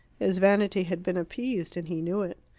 his vanity had been appeased, and he knew it.